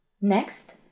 Next